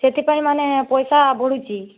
ସେଥିପାଇଁ ମାନେ ପଇସା ବଢ଼ୁଛି